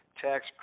tax